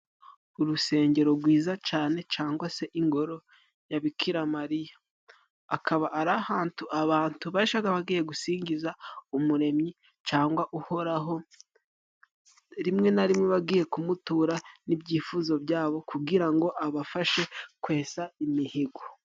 Urusengero gwiza cane cangwa se ingoro ya Bikiramariya ,akaba ari ahantu abantu bajaga bagiye gusingiza umuremyi cangwa uhoraho rimwe na rimwe bagiye kumutura n'ibyifuzo byabo kugira ngo abafashe kwesa imizigo.